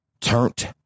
turned